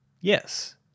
Yes